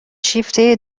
شیفته